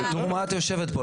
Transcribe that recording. בתור מה את יושבת פה?